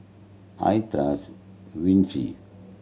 I trust Vichy